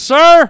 Sir